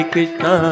Krishna